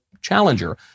challenger